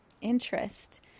interest